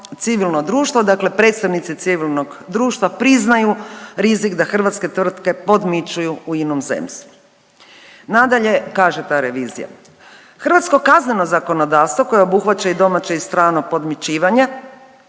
civilno društvo, dakle predstavnici civilnog društva priznaju rizik da hrvatske tvrtke podmićuju u inozemstvu. Nadalje kaže ta revizija. Hrvatsko kazneno zakonodavstvo koje obuhvaća i domaće i strano podmićivanje